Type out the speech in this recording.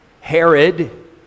Herod